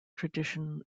tradition